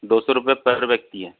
दो सौ रुपये पर व्यक्ति है